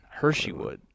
Hersheywood